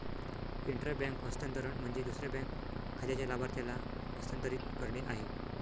intra bank हस्तांतरण म्हणजे दुसऱ्या बँक खात्याच्या लाभार्थ्याला हस्तांतरित करणे आहे